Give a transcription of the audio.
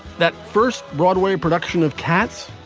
that first broadway production of cats,